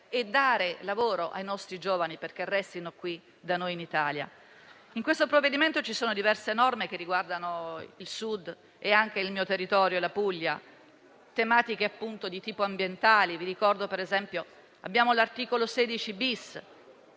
e dare lavoro ai nostri giovani, perché restino in Italia. Nel provvedimento in esame ci sono diverse norme che riguardano il Sud e anche il mio territorio, la Puglia, con tematiche di tipo ambientale. Ricordo ad esempio l'articolo 16-*bis*,